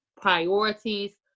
priorities